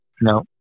No